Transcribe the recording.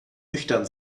nüchtern